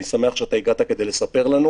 אני שמח שהגעת כדי להסביר לנו.